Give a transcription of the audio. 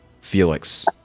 Felix